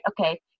okay